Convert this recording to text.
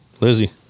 Lizzie